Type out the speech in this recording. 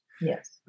yes